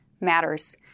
matters